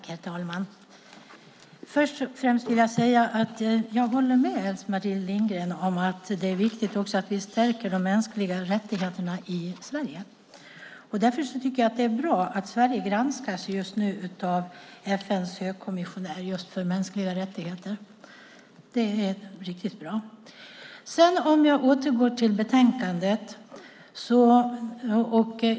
Herr talman! Först och främst vill jag säga att jag håller med Else-Marie Lindgren om att det är viktigt att vi stärker de mänskliga rättigheterna i Sverige. Därför tycker jag att det är riktigt bra att Sverige just nu granskas av FN:s högkommissarie för mänskliga rättigheter. Jag återgår till betänkandet.